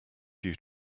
due